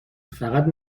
فقط